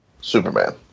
Superman